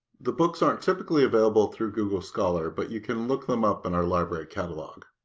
the books aren't typically available through google scholar but you can look them up in our library catalog.